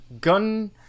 gun